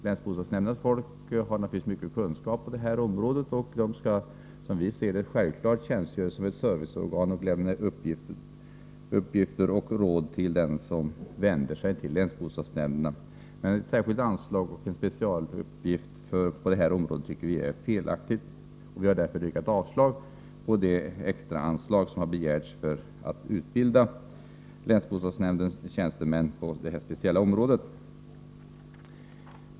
Länsbostadsnämndernas folk har naturligtvis stora kunskaper på det här området, och länsbostadsnämnderna skall som vi ser det självfallet tjänstgöra som ett serviceorgan och ge information och råd till dem som vänder sig till nämnderna, men att anvisa ett särskilt anslag och göra detta till en specialuppgift tycker vi är felaktigt. Vi har därför yrkat avslag på det extraanslag som har begärts för att utbilda länsbostadsnämndernas tjänstemän på det här speciella området.